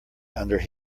under